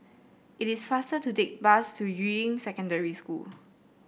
it is faster to take bus to Yuying Secondary School